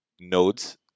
nodes